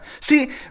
See